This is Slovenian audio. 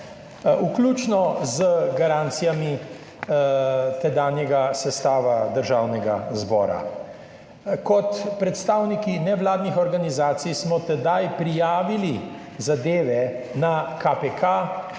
vključno z garancijami tedanjega sestava Državnega zbora. Kot predstavniki nevladnih organizacij smo tedaj prijavili zadeve na KPK